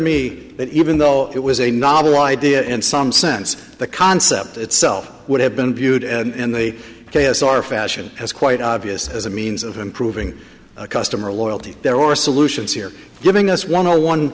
me that even though it was a novel idea in some sense the concept itself would have been viewed and in the chaos or fashion as quite obvious as a means of improving customer loyalty there are solutions here giving us one or one